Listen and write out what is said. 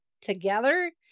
together